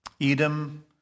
Edom